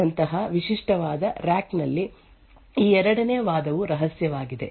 ಆದ್ದರಿಂದ ಗೂಢಲಿಪೀಕರಣದಂತಹ ವಿಶಿಷ್ಟವಾದ ಆರ್ ಎಸಿ ನಲ್ಲಿ ಈ ಎರಡನೇ ವಾದವು ರಹಸ್ಯವಾಗಿದೆ